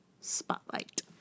Spotlight